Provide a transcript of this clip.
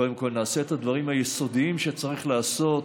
קודם כול נעשה את הדברים היסודיים שצריך לעשות,